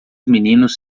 meninos